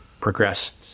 progressed